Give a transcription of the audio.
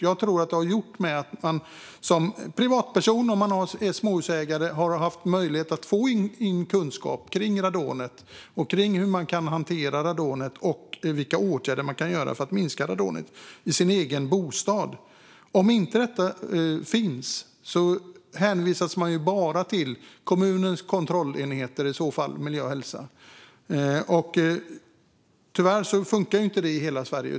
Jag tror att det har gett småhusägare möjlighet att få kunskap om radonet, hur man kan hantera det och vilka åtgärder man kan göra för att minska radonet i sin egen bostad. Utan bidrag hänvisas man till kommunens kontrollenhet för miljö och hälsa. Tyvärr funkar detta inte i hela Sverige.